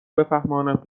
بفهمانم